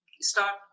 start